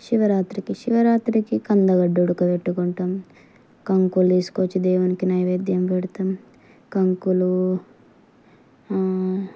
శివరాత్రికి శివరాత్రికి కందగడ్డ ఉడకబెట్టుకుంటాము కంకులు తీసుకొచ్చి దేవునికి నైవేద్యం పెడతాము కంకులు